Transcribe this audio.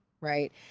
right